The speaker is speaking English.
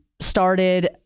started